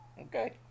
Okay